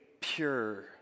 pure